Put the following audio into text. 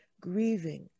grieving